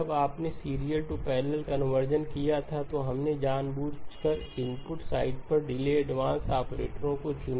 जब आपने serial to parallel conversion किया था तो हमने जानबूझकर इनपुट साइड पर डिले एडवांस ऑपरेटरों को चुना